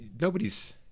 nobody's